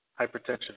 hypertension